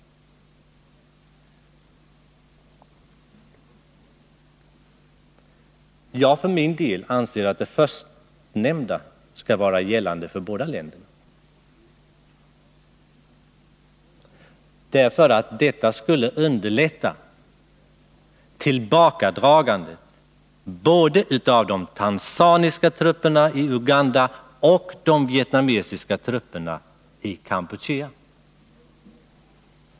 Jag för min del anser att det förstnämnda skall vara gällande för båda länderna. Det skulle nämligen underlätta tillbakadragandet både av de tanzaniska trupperna i Uganda och av de vietnamesiska trupperna i Kampuchea.